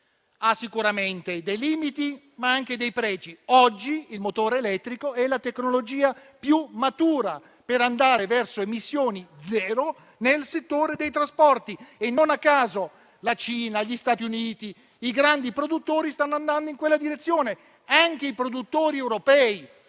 ha sicuramente dei limiti, ma ha anche dei pregi: oggi è la tecnologia più matura per andare verso emissioni zero nel settore dei trasporti; non a caso, la Cina, gli Stati Uniti e i grandi produttori stanno andando in quella direzione e anche i produttori europei,